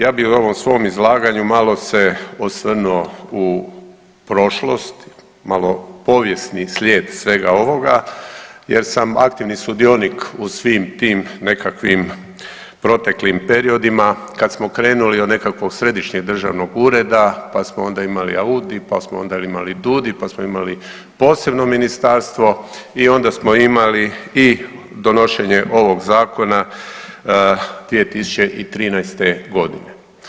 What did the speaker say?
Ja bi u ovom svom izlaganju malo se osvrnuo u prošlost, malo povijesni slijed svega ovoga jer sam aktivni sudionik u svim tim nekakvim proteklim periodima kad smo krenuli od nekakvog Središnjeg državnog ureda, pa ona imali AUDI, pa smo onda imali DUDI, pa smo imali posebno ministarstvo i onda smo imali i donošenje ovog zakona 2013. godine.